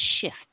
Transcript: shift